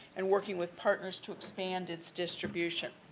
and working with partners to expand its distribution.